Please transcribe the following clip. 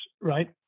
right